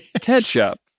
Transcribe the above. ketchup